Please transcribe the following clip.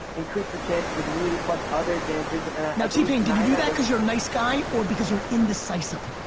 increase the chances of me plus other dancers and now t-pain, do you do that because you're nice guy or because you're indecisive?